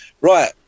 right